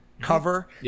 cover